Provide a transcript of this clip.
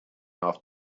off